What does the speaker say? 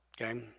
okay